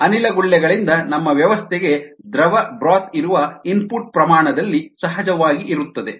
ಅನಿಲ ಗುಳ್ಳೆಗಳಿಂದ ನಮ್ಮ ವ್ಯವಸ್ಥೆಗೆ ದ್ರವ ಬ್ರೋತ್ ಇರುವ ಇನ್ಪುಟ್ ಪ್ರಮಾಣ ನಲ್ಲಿ ಸಹಜವಾಗಿ ಇರುತ್ತದೆ